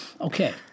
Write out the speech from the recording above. Okay